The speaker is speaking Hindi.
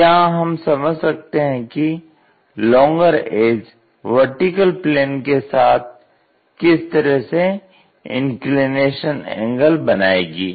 तो यहां हम समझ सकते है कि लोंगर एज VP के साथ किस तरह से इंक्लिनेशन एंगल बनायेगी